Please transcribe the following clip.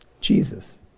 Jesus